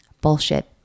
Bullshit